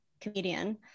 Comedian